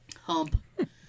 Hump